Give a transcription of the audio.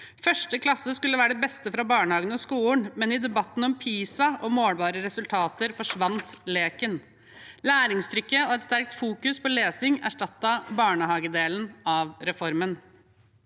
«Første klasse skulle være det beste fra barnehagen og skolen, men i debatten om PISA og målbare resultater, forsvant leken. Læringstrykk og et sterkt fokus på lesing erstattet barnehagedelen av reformen.»